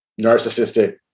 narcissistic